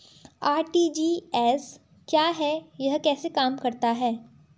RTGS क्या है यह कैसे काम करता है?